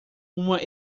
uma